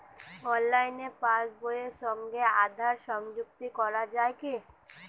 অনলাইনে পাশ বইয়ের সঙ্গে আধার সংযুক্তি করা যায় কি?